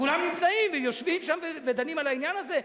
כולם נמצאים, יושבים שם ודנים על העניין הזה.